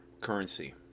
currency